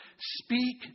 speak